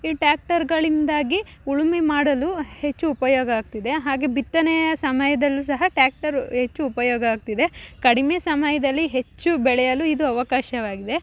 ಈ ಟ್ಯಾಕ್ಟರ್ಗಳಿಂದಾಗಿ ಉಳುಮೆ ಮಾಡಲು ಹೆಚ್ಚು ಉಪಯೋಗ ಆಗ್ತಿದೆ ಹಾಗೆ ಬಿತ್ತನೆಯ ಸಮಯದಲ್ಲೂ ಸಹ ಟ್ಯಾಕ್ಟರ್ ಹೆಚ್ಚು ಉಪಯೋಗ ಆಗ್ತಿದೆ ಕಡಿಮೆ ಸಮಯದಲ್ಲಿ ಹೆಚ್ಚು ಬೆಳೆಯಲು ಇದು ಅವಕಾಶವಾಗಿವೆ